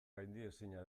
gaindiezina